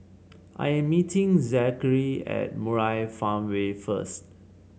I am meeting Zachery at Murai Farmway first